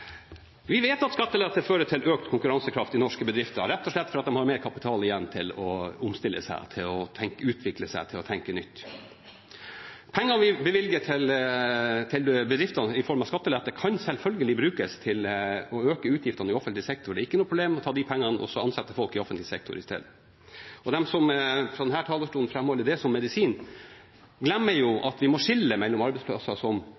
Vi vet at skattelette fører til økt konkurransekraft i norske bedrifter, rett og slett fordi de har mer kapital igjen til å omstille seg, til å utvikle seg, til å tenke nytt. Penger vi bevilger til bedriftene i form av skattelette, kan selvfølgelig brukes til å øke utgiftene i offentlig sektor. Det er ikke noe problem å ta de pengene og ansette folk i offentlig sektor isteden. De som fra denne talerstolen framholder det som medisin, glemmer at vi må skille mellom arbeidsplasser som